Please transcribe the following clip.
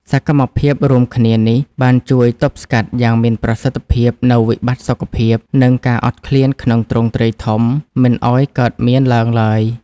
សកម្មភាពរួមគ្នានេះ បានជួយទប់ស្កាត់យ៉ាងមានប្រសិទ្ធភាពនូវវិបត្តិសុខភាព និងការអត់ឃ្លានក្នុងទ្រង់ទ្រាយធំ មិនឱ្យកើតមានឡើងឡើយ។